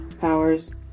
powers